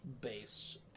Base